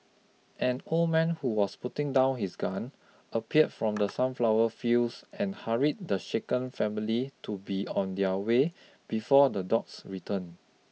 an old man who was putting down his gun appear from the sunflower fields and hurried the shaken family to be on their way before the dogs return